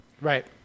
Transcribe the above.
Right